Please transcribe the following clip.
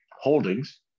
holdings